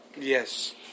Yes